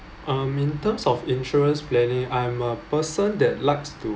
um in terms of insurance planning I'm a person that likes to